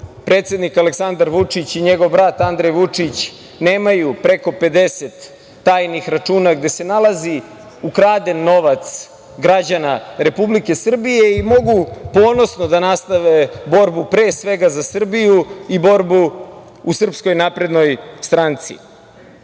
Predsednik Aleksandar Vučić i njegov brat Andrej Vučić nemaju preko 50 tajnih računa gde se nalazi ukraden novac građana Republike Srbije i mogu ponosno da nastave borbu, pre svega za Srbiju, i borbu u SNS.Iz takvog njihovog